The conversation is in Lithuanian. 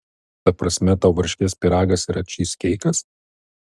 ta prasme tau varškės pyragas yra čyzkeikas